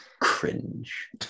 Cringe